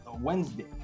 Wednesday